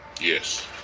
Yes